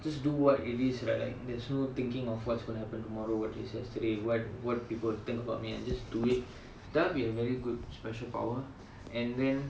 just do what it is right like there's no thinking of what's gonna happen tomorrow what is yesterday what what people think about me and just do it that will be a very good special power and then